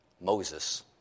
Moses